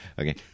Okay